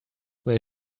where